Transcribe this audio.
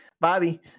Bobby